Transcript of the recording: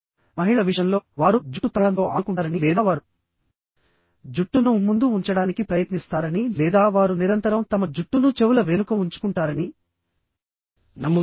మహిళల విషయంలో వారు జుట్టు తాళంతో ఆడుకుంటారని లేదా వారు జుట్టును ముందు ఉంచడానికి ప్రయత్నిస్తారని లేదా వారు నిరంతరం తమ జుట్టును చెవుల వెనుక ఉంచుకుంటారని నమ్ముతారు